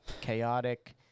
chaotic